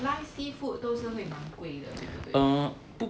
live seafood 都是会蛮贵的对不对